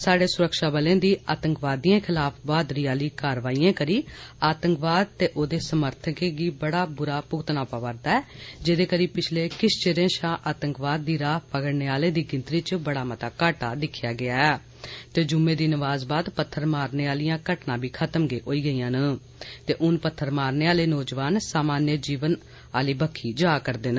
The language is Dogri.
स्हाड़े सुरक्षाबलें दी आतंकवादियें खिलाफ बहादुरी आह्ली कारवाईयें करी आतंकवाद ते ओह्दे समर्थकें गी बड़ा बुरा भुगतान पवा'रदा ऐ जेहदे करी पिछले किश चिरें शा आतंकवाद दी राह् फगड़ने आह्ले दी गिनतरी च बड़ा मता घाटा दिक्खेआ गया ऐ ते जुमे दी नमाज बाद पत्थर मारने आह्लियां घटनां बी खत्म गै होई गेईयां न ते हून पत्थर मारने आह्ले नौजवान सामान्य जीवन आह्ली बक्खी जा'रदे न